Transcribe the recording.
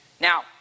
Now